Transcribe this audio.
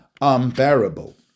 unbearable